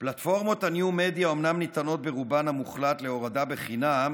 פלטפורמות הניו מדיה אומנם ניתנות ברובן המוחלט להורדה בחינם,